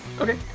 Okay